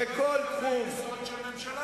אז אדוני לא הסכים עם קווי היסוד של הממשלה,